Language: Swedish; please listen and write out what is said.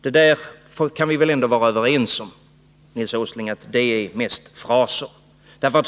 Men vi kan väl ändå vara överens om, Nils Åsling, att det är mest fraser.